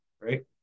right